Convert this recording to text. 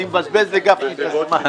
אני מבזבז לגפני את הזמן.